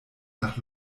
nach